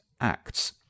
acts